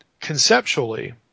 conceptually